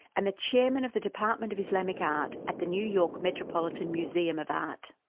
and the chairman of the department of islamic art at the new york metropolitan museum of art.